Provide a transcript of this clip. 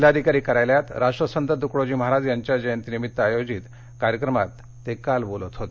जिल्हाधिकारी कार्यालयात राष्ट्रसंत तुकडोजी महाराज यांच्या जयंतीनिमित्त आयोजित कार्यक्रमात ते काल बोलत होते